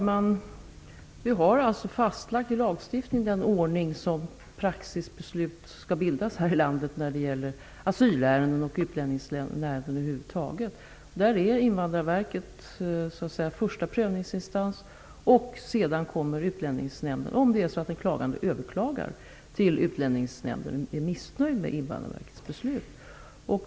Fru talman! Det är fastlagt i lagstiftning den ordning som praxisbeslut skall bildas här i landet när det gäller asylärenden och utlänningsärenden över huvud taget. Det innebär att Invandrarverket är första prövningsinstans. Sedan kommer Utlänningsnämnden in om den klagande överklagar till Utlänningsnämnden av missnöje med Invandrarverkets beslut.